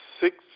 Six